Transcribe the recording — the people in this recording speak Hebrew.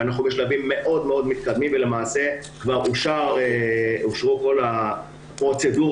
ואנחנו בשלבים מאוד מתקדמים ולמעשה כבר אושרו כל הפרוצדורות